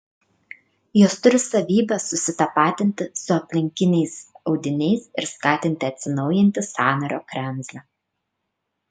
jos turi savybę susitapatinti su aplinkiniais audiniais ir skatinti atsinaujinti sąnario kremzlę